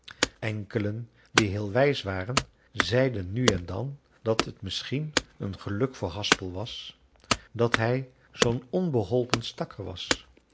enkelen die heel wijs waren zeiden nu en dan dat het misschien een geluk voor haspel was dat hij zoo'n onbeholpen stakker was